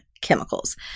chemicals